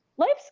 life's